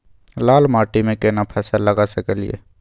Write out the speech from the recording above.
लाल माटी में केना फसल लगा सकलिए?